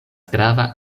grava